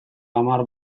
hamar